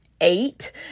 eight